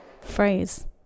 phrase